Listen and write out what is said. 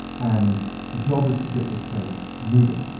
and the job is to get this thing moving.